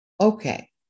okay